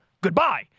Goodbye